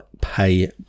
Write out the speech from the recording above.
pay